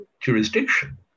jurisdiction